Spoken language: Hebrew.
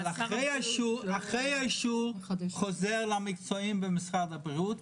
אחרי האישור חוזר למקצועיים במשרד הבריאות,